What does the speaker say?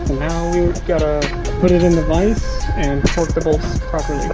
now we've got to put it in the vise and torque the bolts properly.